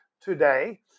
today